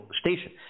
station